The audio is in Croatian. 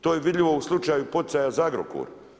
To je vidljivo u slučaju poticaja za Agrokor.